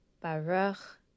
Baruch